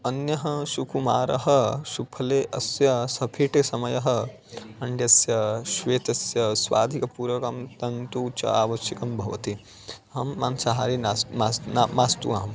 अन्यः सुकुमारः सुफले अस्य सुफीटे समयः अण्डस्य श्वेतस्य स्वाधिकपूरकं तन्तुं च आवश्यकं भवति अहं मांसहारि नास्मि मास्तु न मास्तु अहं